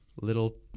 little